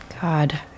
God